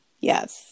Yes